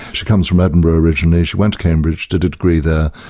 she comes from edinburgh originally, she went to cambridge, did a degree there,